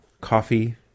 coffee